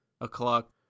o'clock